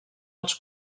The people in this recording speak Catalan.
els